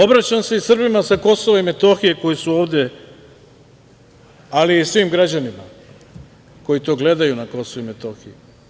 Obraćam se i Srbima sa Kosova i Metohije koji su ovde, ali i svim građanima koji to gledaju na Kosovu i Metohiji.